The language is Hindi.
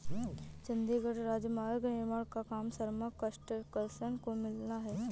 चंडीगढ़ राजमार्ग निर्माण का काम शर्मा कंस्ट्रक्शंस को मिला है